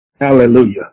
Hallelujah